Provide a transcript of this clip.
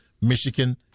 Michigan